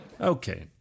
Okay